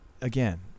again